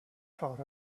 thought